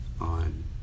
on